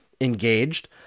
engaged